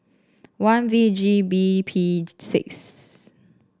one V G B P six